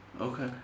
Okay